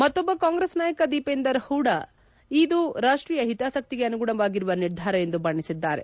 ಮತ್ತೊಬ್ಲ ಕಾಂಗ್ರೆಸ್ ನಾಯಕ ದೀಪೇಂದರ್ ಹೂಡ ಇದು ರಾಷ್ಷೀಯ ಹಿತಾಸಕ್ತಿಗೆ ಅನುಗುಣವಾಗಿರುವ ನಿರ್ಧಾರ ಎಂದು ಬಣ್ಣಿಸಿದ್ದಾರೆ